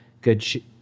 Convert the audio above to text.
good